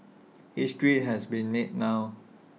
history has been made now